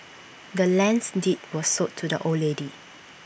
the land's deed was sold to the old lady